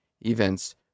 events